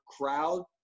crowd